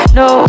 no